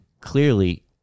clearly